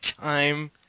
time